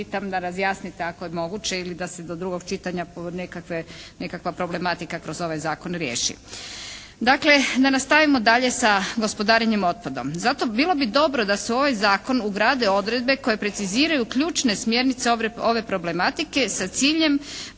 da razjasnite ako je moguće ili da se do drugog čitanja nekakva problematika kroz ovaj zakon riješi. Dakle da nastavimo dalje sa gospodarenjem otpadom. Zato, bilo bi dobro da se u ovaj zakon ugrade odredbe koje preciziraju ključne smjernice ove problematike sa ciljem